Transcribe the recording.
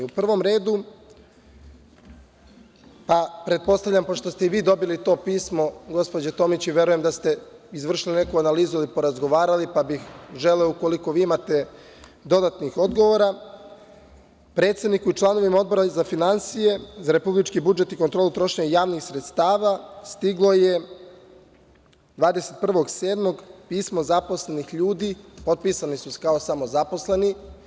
U prvom redu, pa pretpostavljam, pošto ste i vi dobili to pismo, gospođo Tomić, i verujem da ste izvršili neku analizu i porazgovarali, pa bih želeo ukoliko vi imate dodatnih odgovora, predsedniku i članovima Odbora za finansije, republički budžet i kontrolu trošenja javnih sredstava stiglo je 21. jula pismo zaposlenih ljudi, popisani su samo kao zaposleni.